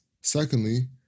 Secondly